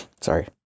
Sorry